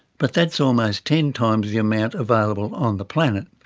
but that's almost ten times the amount available on the planet.